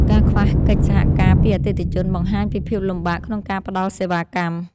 ការខ្វះកិច្ចសហការពីអតិថិជន បង្ហាញពីភាពលំបាកក្នុងការផ្ដល់សេវាកម្ម។